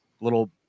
little